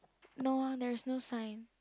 no ah there is no sign